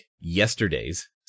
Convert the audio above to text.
yesterday's